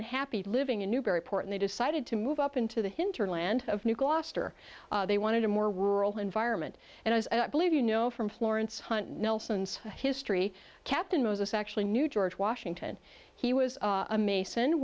unhappy living in newburyport and they decided to move up into the hinterland of new gloucester they wanted a more rural environment and as i believe you know from florence nelson's history captain moses actually knew george washington he was a mason